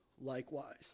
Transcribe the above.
likewise